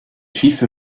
chiffre